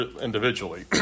individually